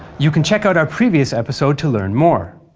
you can check out our previous episode to learn more.